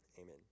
Amen